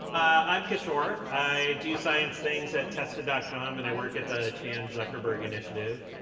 i'm kishore. i do science things at tested dot com and i work at the chan zuckerberg initiative.